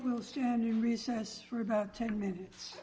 will stand your recess for about ten minutes